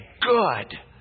good